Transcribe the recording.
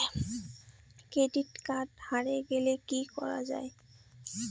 Credit card হারে গেলে কি করা য়ায়?